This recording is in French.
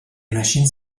machines